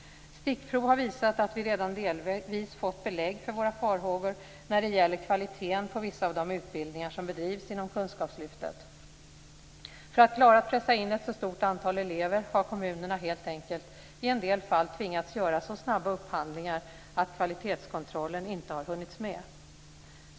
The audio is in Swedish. Stickprov har visat att vi redan delvis fått belägg för våra farhågor när det gäller kvaliteten på vissa av de utbildningar som bedrivs inom kunskapslyftet. För att klara att pressa in ett så stort antal elever har kommunerna helt enkelt i en del fall tvingats göra så snabba upphandlingar att kvalitetskontrollen inte har hunnits med.